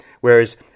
whereas